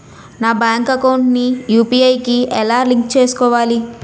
నా bank account ని UPI కి ఎలా లింక్ చేసుకోవాలి?